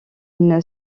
une